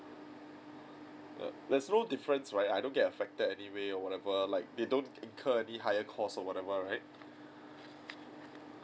err there's no difference right I don't get affected any way or whatever like they don't incur any higher cost or whatever right